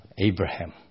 Abraham